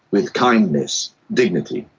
with kindness, dignity,